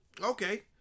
okay